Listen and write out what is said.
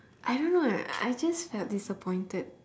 I don't know eh I just felt disappointed